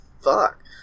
fuck